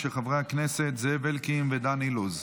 של חברי הכנסת זאב אלקין ודן אילוז.